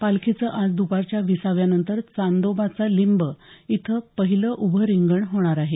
पालखीचं आज द्पारच्या विसाव्यानंतर चांदोबाचा लिंब इथं पहिलं उभं रिंगण होणार आहे